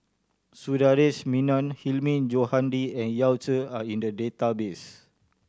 Sundaresh Menon Hilmi Johandi and Yao Zi are in the database